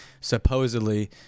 supposedly